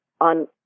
on